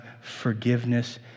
forgiveness